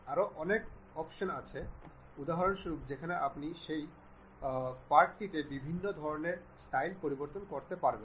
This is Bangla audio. আরও অনেক অপশন আছে অভ্যন্তরীণভাবে যেখানে আপনি সেই পাঠ্যটিতে বিভিন্ন ধরণের স্টাইল পরিবর্তন করতে পারবেন